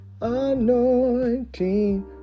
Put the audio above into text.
Anointing